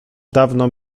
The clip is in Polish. dawno